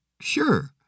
sure